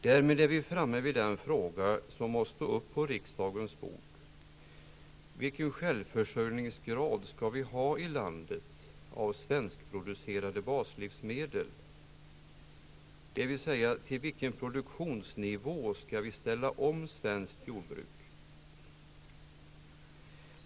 Därmed är vi framme vid den fråga som måste upp på riksdagens bord: Vilken självförsörjningsgrad skall vi ha i landet av svenskproducerade baslivsmedel, dvs. till vilken produktionsnivå skall vi ställa om svenskt jordbruk?